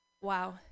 Wow